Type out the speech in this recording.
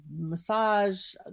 massage